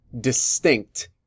distinct